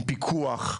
עם פיקוח,